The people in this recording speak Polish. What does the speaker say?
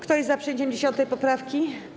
Kto jest za przyjęciem 10. poprawki?